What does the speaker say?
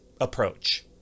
approach